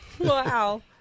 Wow